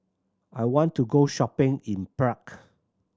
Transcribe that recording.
I want to go shopping in Prague